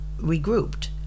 regrouped